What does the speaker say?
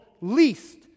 least